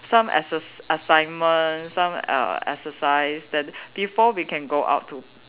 some excer~ assignments some err exercise then before we can go out to